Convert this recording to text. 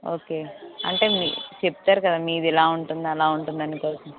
okay అంటే మీరు చెప్తారు కదా మీది ఇలా ఉంటుంది అలా ఉంటుంది అందుకోసం